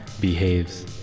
behaves